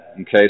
Okay